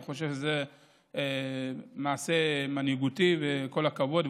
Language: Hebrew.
אני חושב שזה מעשה מנהיגותי, וכל הכבוד.